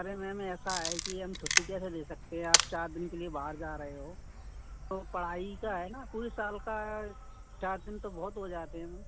अरे मैम मैं ऐसा है कि ये हम छुट्टी कैसे दे सकते है आप चार दिन के लिए बाहर जा रहे हो तो पढ़ाई का है ना पूरे साल का चार दिन तो बहुत हो जाते हैं मैम